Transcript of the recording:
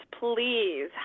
please